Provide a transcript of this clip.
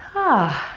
ah.